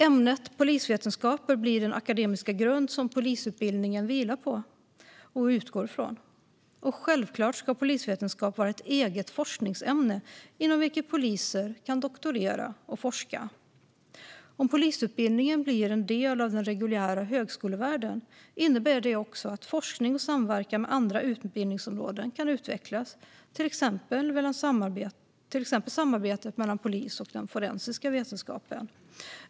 Ämnet polisvetenskap bör bli den akademiska grund som polisutbildningen vilar på och utgår från. Självklart ska polisvetenskap vara ett eget forskningsämne inom vilket poliser kan doktorera och forska. Om polisutbildningen blir en del av den reguljära högskolevärlden innebär det också att forskning och samverkan med andra utbildningsområden kan utvecklas, till exempel samarbetet mellan polis och den forensiska vetenskapen.